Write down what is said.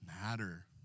Matter